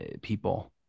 people